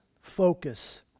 focus